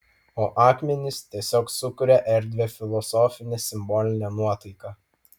o akmenys tiesiog sukuria erdvią filosofinę simbolinę nuotaiką